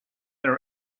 there